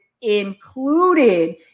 included